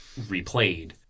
replayed